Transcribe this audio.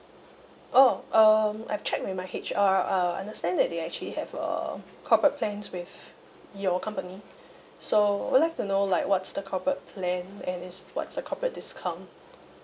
oh um I've check with my H_R uh I understand that they actually have a corporate plans with your company so I would like to know like what's the corporate plan and is what's the corporate discount